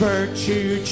Virtue